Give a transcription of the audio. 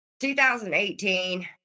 2018